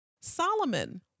Solomon